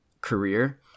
career